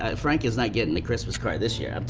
ah frank is not gettin' the christmas card this year, um